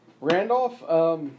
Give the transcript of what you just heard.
Randolph